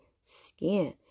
skin